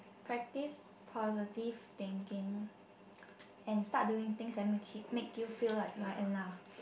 practice positive thinking and start doing things that make it make you feel like you're enough